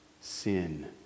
sin